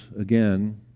again